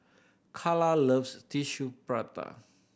Kala loves Tissue Prata